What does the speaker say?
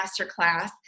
masterclass